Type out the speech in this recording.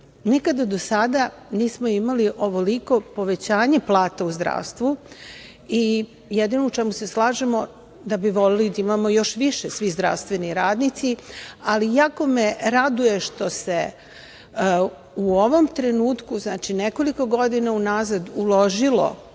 Nikada do sada nismo imali ovoliko povećanje plata u zdravstvu i jedino u čemu se slažemo je da bi voleli da imamo više, svi zdravstveni radnici, ali jako me raduje što se u ovom trenutku, znači nekoliko godina unazad, uložilo